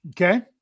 Okay